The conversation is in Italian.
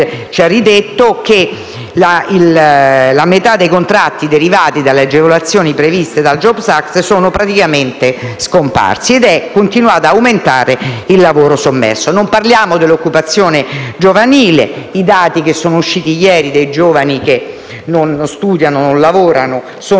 detto che la metà dei contratti derivati dalle agevolazioni previste dal *jobs act* sono praticamente scomparsi ed è aumentato ulteriormente il lavoro sommerso. Non parliamo dell'occupazione giovanile. I dati usciti ieri relativi ai giovani che non studiano e non lavorano sono